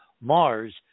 Mars